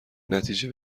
نتیجه